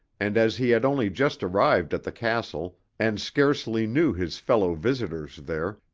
and as he had only just arrived at the castle, and scarcely knew his fellow-visitors there,